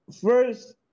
First